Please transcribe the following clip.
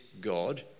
God